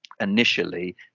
initially